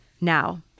Now